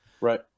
right